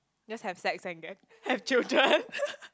just have sex and get have children